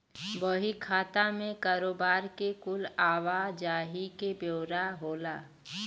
बही खाता मे कारोबार के कुल आवा जाही के ब्योरा होला